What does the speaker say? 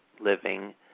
living